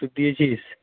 ওষুখ দিয়েছিস